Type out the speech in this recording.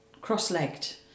cross-legged